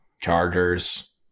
Chargers